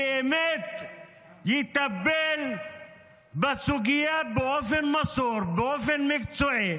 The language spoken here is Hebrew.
שבאמת יטפל בסוגיה באופן מסור, באופן מקצועי,